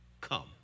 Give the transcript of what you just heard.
come